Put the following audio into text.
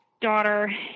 daughter